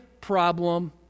problem